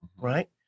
right